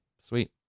sweet